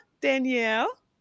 danielle